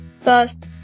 First